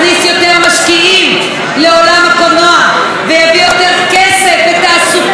הקולנוע ויביא יותר כסף ותעסוקה לתעשיית הקולנוע.